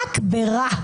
רק רע.